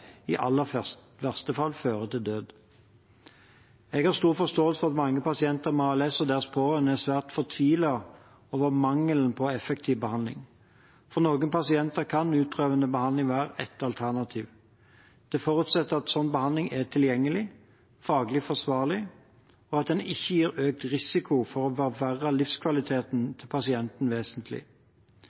i aller verste fall føre til død. Jeg har stor forståelse for at mange pasienter med ALS og deres pårørende er svært fortvilet over mangelen på effektiv behandling. For noen pasienter kan utprøvende behandling være et alternativ. Det forutsetter at sånn behandling er tilgjengelig og faglig forsvarlig, og at den ikke gir økt risiko for å forverre livskvaliteten til pasienten vesentlig.